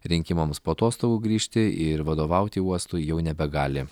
rinkimams po atostogų grįžti ir vadovauti uostui jau nebegali